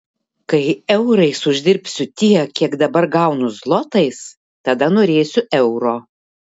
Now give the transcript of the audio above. kai eurais uždirbsiu tiek kiek dabar gaunu zlotais tada norėsiu euro